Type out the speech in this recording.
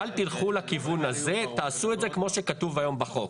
תלכו לכיוון הזה, תעשו את זה כמו שכתוב היום בחוק.